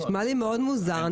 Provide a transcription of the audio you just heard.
נשמע לי מאוד מוזר.